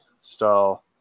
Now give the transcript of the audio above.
style